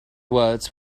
words